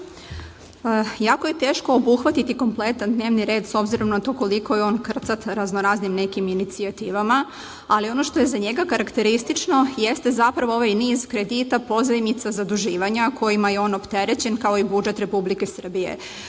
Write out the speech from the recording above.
je teško obuhvatiti kompletan dnevni red, s obzirom na to koliko je on krcat raznoraznim nekim inicijativama, ali ono što je za njega karakteristično jeste zapravo ovaj niz kredita, pozajmica, zaduživanja, kojima je on opterećen, kao i budžet Republike